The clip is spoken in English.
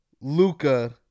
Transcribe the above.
Luca